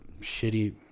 shitty